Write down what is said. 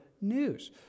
news